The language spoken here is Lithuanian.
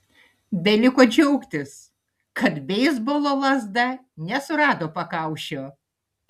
beliko džiaugtis kad beisbolo lazda nesurado pakaušio